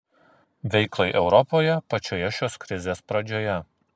veiklai europoje pačioje šios krizės pradžioje